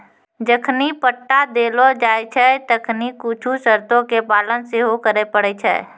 जखनि पट्टा देलो जाय छै तखनि कुछु शर्तो के पालन सेहो करै पड़ै छै